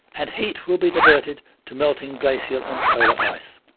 and heat will be diverted to melting glacial and polar ice.